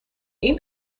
این